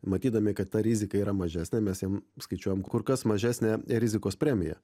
matydami kad ta rizika yra mažesnė mes jam skaičiuojam kur kas mažesnę rizikos premiją